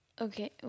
Okay